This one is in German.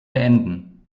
beenden